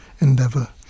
endeavor